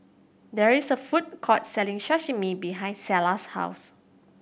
there is a food court selling Sashimi behind Selah's house